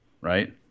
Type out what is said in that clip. right